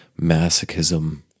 Masochism